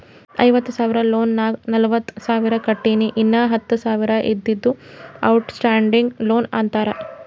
ಐವತ್ತ ಸಾವಿರ ಲೋನ್ ನಾಗ್ ನಲ್ವತ್ತ ಸಾವಿರ ಕಟ್ಟಿನಿ ಇನ್ನಾ ಹತ್ತ ಸಾವಿರ ಇದ್ದಿದ್ದು ಔಟ್ ಸ್ಟ್ಯಾಂಡಿಂಗ್ ಲೋನ್ ಅಂತಾರ